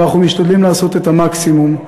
אבל אנחנו משתדלים לעשות את המקסימום,